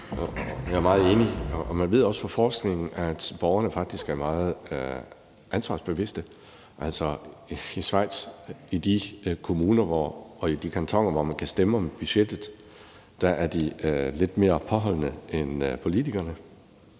Jeg er meget enig. Og man ved også fra forskningen, at borgerne faktisk er meget ansvarsbevidste. I Schweiz er de i de kommuner og kantoner, hvor man skal stemme om budgettet, lidt mere påholdende end politikerne.